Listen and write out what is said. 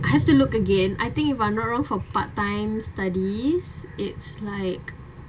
I have to look again I think if I'm not wrong for part time studies it's like